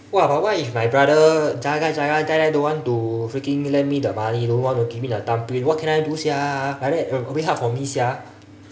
!wah! but what if my brother jaga-jaga die die don't want to freaking lend me the money don't want to give me the thumbprint what can I do sia like that a a bit hard for me sia